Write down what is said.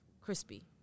crispy